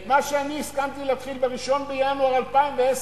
את מה שאני הסכמתי להתחיל ב-1 בינואר 2010,